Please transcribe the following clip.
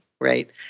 right